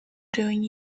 doing